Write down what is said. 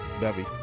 Bevy